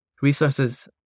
Resources